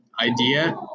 idea